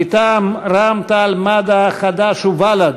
מטעם רע"ם-תע"ל-מד"ע, חד"ש ובל"ד,